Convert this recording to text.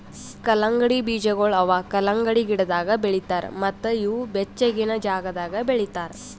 ಕಲ್ಲಂಗಡಿ ಬೀಜಗೊಳ್ ಅವಾ ಕಲಂಗಡಿ ಗಿಡದಾಗ್ ಬೆಳಿತಾರ್ ಮತ್ತ ಇವು ಬೆಚ್ಚಗಿನ ಜಾಗದಾಗ್ ಬೆಳಿತಾರ್